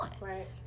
right